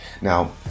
Now